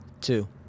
Two